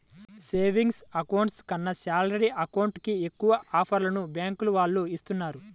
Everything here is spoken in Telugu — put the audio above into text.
సేవింగ్స్ అకౌంట్ కన్నా శాలరీ అకౌంట్ కి ఎక్కువ ఆఫర్లను బ్యాంకుల వాళ్ళు ఇస్తున్నారు